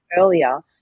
earlier